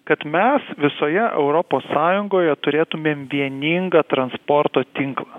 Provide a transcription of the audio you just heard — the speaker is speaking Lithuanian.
kad mes visoje europos sąjungoje turėtumėm vieningą transporto tinklą